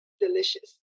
delicious